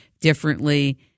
differently